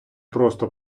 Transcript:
просто